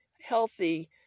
healthy